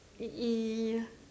ya